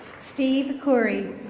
steve khoury.